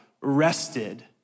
rested